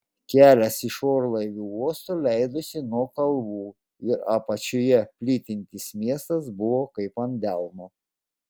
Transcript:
kelias iš orlaivių uosto leidosi nuo kalvų ir apačioje plytintis miestas buvo kaip ant delno